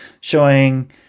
showing